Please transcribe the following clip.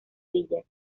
villas